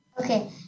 Okay